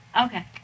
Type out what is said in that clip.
Okay